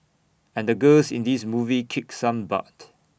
and the girls in this movie kick some butt